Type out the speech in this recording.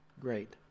great